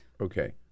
Okay